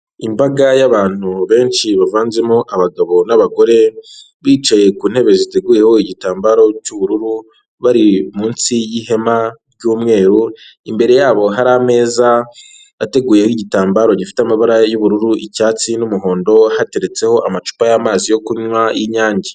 Imbaga y'abantu benshi bavanzemo abagabo n'abagore, bicaye ku ntebe ziteguyeho igitambaro cy'ubururu bari munsi y'ihema ry'umweru, imbere yabo hari ameza ateguyeho igitambaro gifite amabara y'ubururu, icyatsi, n'umuhondo hateretseho amacupa y'amazi yo kunywa y'inyange.